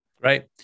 Right